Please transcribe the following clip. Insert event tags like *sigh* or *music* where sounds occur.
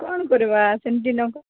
କ'ଣ କରିବା ସେମିତି *unintelligible*